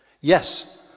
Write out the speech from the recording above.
Yes